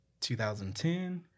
2010